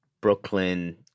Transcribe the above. Brooklyn